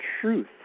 truth